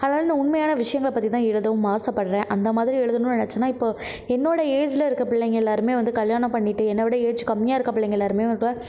அதனால் நான் உண்மையான விஷயங்களை பற்றிதான் எழுதவும் ஆசைப்படுறேன் அந்த மாதிரி எழுதணுன்னு நினச்சன்னா இப்போ என்னோட ஏஜில் இருக்க பிள்ளைங்க எல்லாருமே வந்து கல்யாணம் பண்ணிகிட்டு என்ன விட ஏஜ் கம்மியாக இருக்க பிள்ளைங்க எல்லாருமே இப்போ